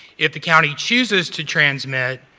if the county chooses to transmit,